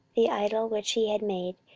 the idol which he had made,